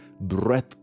Breath